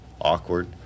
awkward